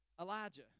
Elijah